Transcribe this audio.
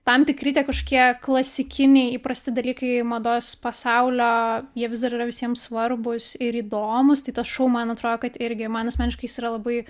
tam tikri tie kažkokie klasikiniai įprasti dalykai mados pasaulio jie vis dar yra visiem svarbūs ir įdomūs tai tas šou man atrodo kad irgi man asmeniškai jis yra labai